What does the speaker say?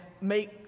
make